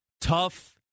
tough